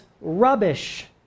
rubbish